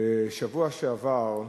בשבוע שעבר,